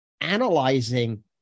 analyzing